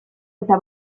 eta